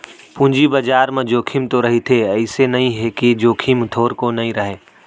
पूंजी बजार म जोखिम तो रहिथे अइसे नइ हे के जोखिम थोरको नइ रहय